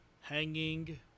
Hanging